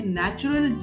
natural